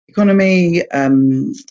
economy